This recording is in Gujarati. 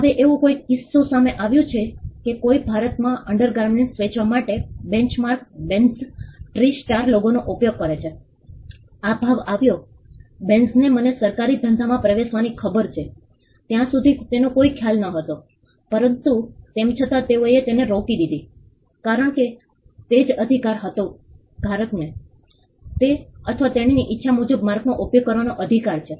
હવે એવું કોઈ કિસ્સો સામે આવ્યું છે કે કોઈ ભારતમાં અન્ડરગાર્મેન્ટ વેચવા માટે બેંચમાર્ક બેન્ઝ ટ્રિસ્ટાર લોગોનો ઉપયોગ કરે છે આ ભાવ આવ્યો બેન્ઝને મને સરકારી ધંધામાં પ્રવેશવાની ખબર છે ત્યાં સુધી તેનો કોઈ ખ્યાલ નહોતો પરંતુ તેમ છતાં તેઓએ તેને રોકી દીધી કારણ કે તે જ અધિકાર હતો ધારકને તે અથવા તેણીની ઇચ્છા મુજબ માર્કનો ઉપયોગ કરવાનો અધિકાર છે